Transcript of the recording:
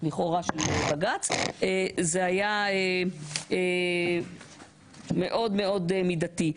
לכאורה של בג"צ זה היה מאוד מאוד מידתי.